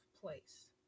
place